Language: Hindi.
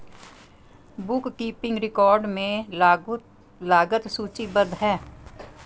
बुक कीपिंग रिकॉर्ड में लागत सूचीबद्ध है